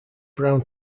brown